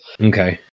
Okay